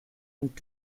und